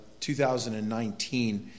2019